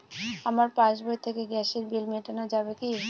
আমার পাসবই থেকে গ্যাসের বিল মেটানো যাবে কি?